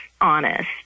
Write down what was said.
honest